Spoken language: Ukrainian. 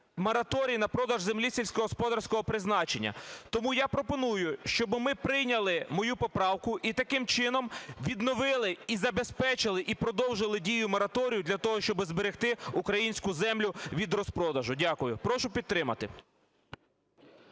мораторій на продаж землі сільськогосподарського призначення. Тому я пропоную, щоб ми прийняли мою поправку, і таким чином відновили і забезпечили, і продовжили дію мораторію для того, щоб зберегти українську землю від розпродажу. Дякую. Прошу підтримати.